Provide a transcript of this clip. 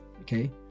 Okay